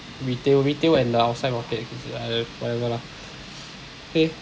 retail retail and the outside market !aiya! whatever lah okay